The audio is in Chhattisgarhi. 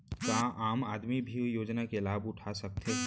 का आम आदमी भी योजना के लाभ उठा सकथे?